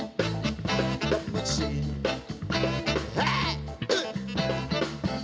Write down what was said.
oh my god